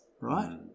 right